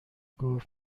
گفت